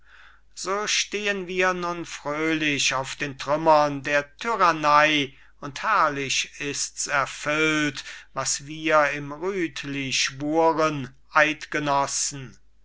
so stehen wir nun fröhlich auf den trümmern der tyrannei und herrlich ist's erfüllt was wir im rütli schwuren